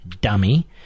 dummy